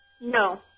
No